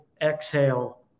exhale